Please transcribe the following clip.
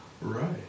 Right